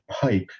pipe